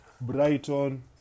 Brighton